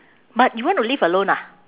but you want to live alone ah